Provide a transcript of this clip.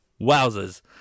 wowzers